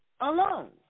Alone